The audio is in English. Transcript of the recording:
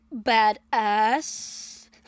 badass